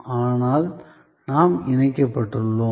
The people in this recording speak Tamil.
ஆனால் நாம் இணைக்கப்பட்டுள்ளோம்